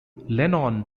lennon